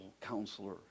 counselor